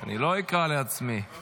אני לא אקרא לעצמי.